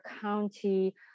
County